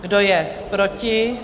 Kdo je proti?